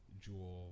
jewel